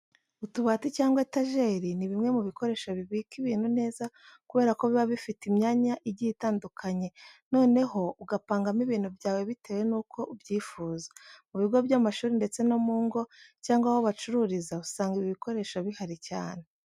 Utubati cyangwa utu etajeri ni bimwe mu bikoresho bibika ibintu neza kubera ko biba bifite imyanya igiye itandukanye, noneho ugapangamo ibintu byawe bitewe nuko ubyifuza. Mu bigo by'amashuri ndetse no mu ngo cyangwa aho bacururiza usanga ibi bikoresho bihari cyane.